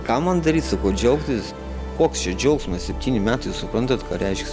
ką man daryt sakau džiaugtis koks čia džiaugsmas septyni metai suprantat ką reiškia